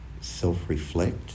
self-reflect